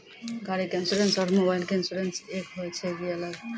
गाड़ी के इंश्योरेंस और मोबाइल के इंश्योरेंस एक होय छै कि अलग?